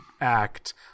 act